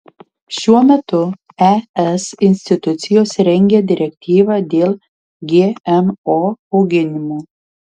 šiuo metu es institucijos rengia direktyvą dėl gmo auginimo